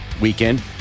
weekend